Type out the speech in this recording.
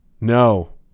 no